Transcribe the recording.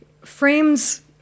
frames